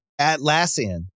Atlassian